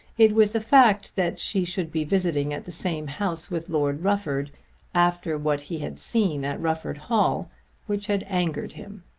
it was the fact that she should be visiting at the same house with lord rufford after what he had seen at rufford hall which had angered him.